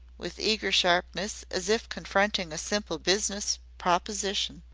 with eager sharpness, as if confronting a simple business proposition.